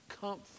Comfort